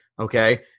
Okay